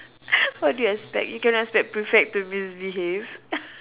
what do you expect you can't expect prefect to misbehave